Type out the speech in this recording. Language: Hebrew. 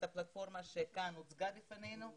את הפלטפורמה שהוצגה כאן בפנינו,